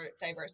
diverse